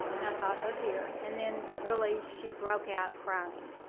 and i thought, oh, dear. and then really she broke out crying.